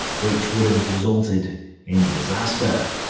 which would have resulted in disaster.